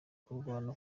kurwana